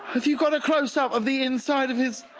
have you got a close up of the in side of his